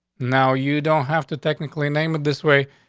now, you don't have to technically name with this way,